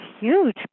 huge